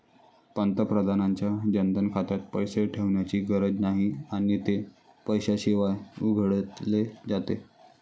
पंतप्रधानांच्या जनधन खात्यात पैसे ठेवण्याची गरज नाही आणि ते पैशाशिवाय उघडले जाते